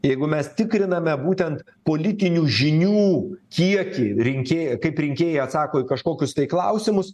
jeigu mes tikriname būtent politinių žinių kiekį rinkėjai kaip rinkėjai atsako į kažkokius tai klausimus